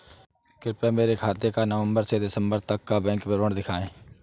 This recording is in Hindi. कृपया मेरे खाते का नवम्बर से दिसम्बर तक का बैंक विवरण दिखाएं?